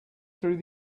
through